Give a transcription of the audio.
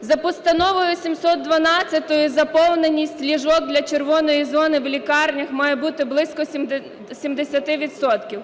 За Постановою 712 наповненість ліжок для "червоної" зони в лікарнях має бути близько 70